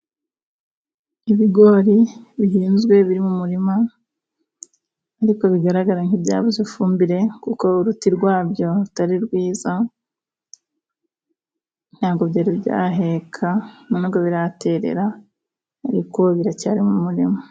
Ibigori bihinzwe biri mu murima ariko bigaragara nk'ibyabuze ifumbire, kuko uruti rwabyo rutari rwiza ntabwo byari byaheka nta n'ubwo biraterera, ariko biracyari mu murima.